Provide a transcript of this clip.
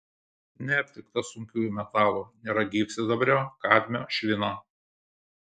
neaptikta sunkiųjų metalų nėra gyvsidabrio kadmio švino